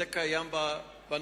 זה קיים בנהלים.